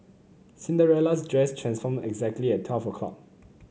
Cinderella's dress transformed exactly at twelve o'clock